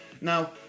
Now